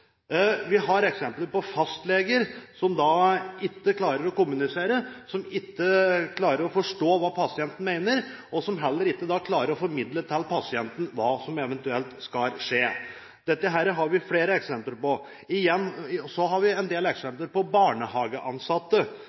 Vi har eksempler på fastleger som ikke klarer å kommunisere, som ikke klarer å forstå hva pasienten mener, og som da heller ikke klarer å formidle til pasienten hva som eventuelt skal skje. Dette har vi flere eksempler på. Så har vi en del eksempler på barnehageansatte.